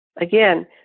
Again